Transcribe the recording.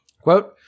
Quote